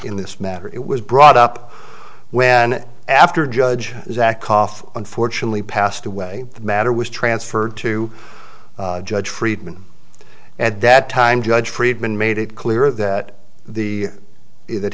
in this matter it was brought up when after judge zack off unfortunately passed away the matter was transferred to judge friedman at that time judge friedman made it clear that the that